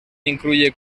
incluye